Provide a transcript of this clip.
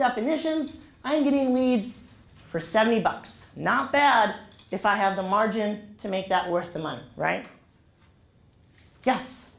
definitions i'm getting needs for seventy bucks not bad if i have the margin to make that worth the money right